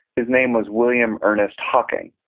his name was william earnest hocking.